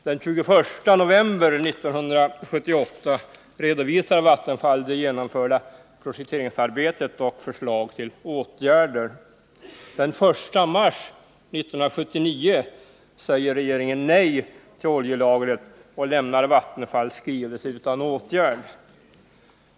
Den 21 november 1978 redovisade Vattenfall det genomförda projekteringsarbetet och förslag till åtgärder. Den 1 mars 1979 sade regeringen nej till oljelagret och lämnade Vattenfalls skrivelse utan åtgärd.